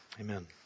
Amen